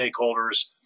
stakeholders